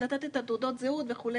לתת את תעודות הזהות וכו',